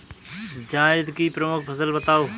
जायद की प्रमुख फसल बताओ